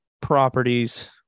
properties